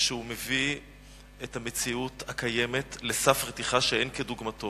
שהוא מביא את המציאות הקיימת לסף רתיחה שאין כדוגמתו.